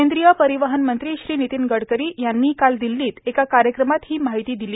केंद्रीय परिवहन मंत्री श्री नितीन गडकरी यांनी काल दिल्लीत एका कार्यक्रमात ही माहिती दिली